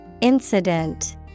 Incident